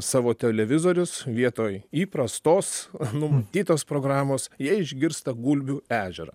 savo televizorius vietoj įprastos numatytos programos jie išgirsta gulbių ežerą